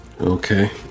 Okay